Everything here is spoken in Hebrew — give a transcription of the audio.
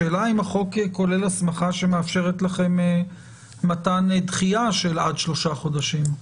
השאלה אם החוק כולל הסמכה שמאפשרת לכם מתן דחייה של עד שלושה חודשים.